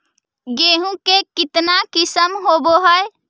गेहूमा के कितना किसम होबै है?